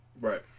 Right